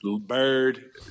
Bird